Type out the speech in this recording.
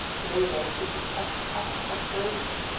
labour should be kept in active operation,